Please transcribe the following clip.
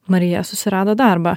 marija susirado darbą